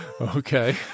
Okay